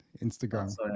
Instagram